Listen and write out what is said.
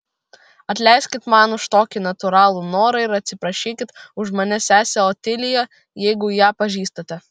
atleiskit man už tokį natūralų norą ir atsiprašykit už mane sesę otiliją jeigu ją pažįstate